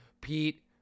Pete